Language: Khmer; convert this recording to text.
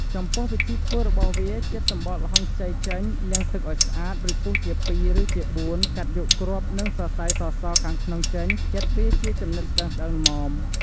ចំពោះវិធីធ្វើរបស់វា ចិតសម្បកល្ហុងខ្ចីចេញលាងទឹកឲ្យស្អាត រួចពុះជាពីរ ឬជាបួន កាត់យកគ្រាប់ និងសរសៃសៗខាងក្នុងចេញចិតវាជាចំណិតស្ដើងៗល្មម។